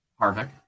Harvick